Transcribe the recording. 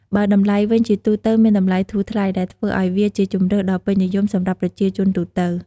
បើតម្លៃវិញ ជាទូទៅមានតម្លៃធូរថ្លៃ ដែលធ្វើឲ្យវាជាជម្រើសដ៏ពេញនិយមសម្រាប់ប្រជាជនទូទៅ។